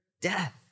death